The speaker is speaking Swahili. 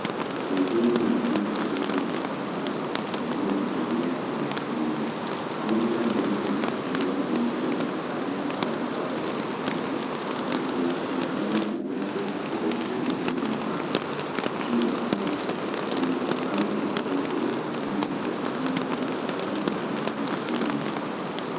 Sehemu ya duka kubwa la bidhaa iliyojitolea kwa jibini. Counter ndefu za kioo zimelowa na aina mbalimbali za jibini zikiashiria uwepo wa uteuzi mpana. Juu ya counter kuna mabango makubwa yenye picha za jibini mbalimbali na mizituni.